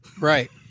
Right